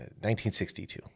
1962